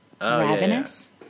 Ravenous